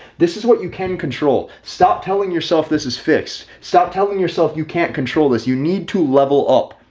this is what you can control. stop telling yourself this is fixed. stop telling yourself you can't control this you need to level up.